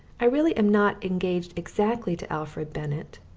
i really am not engaged exactly to alfred bennett,